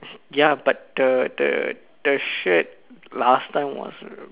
ya but the the the shirt last time was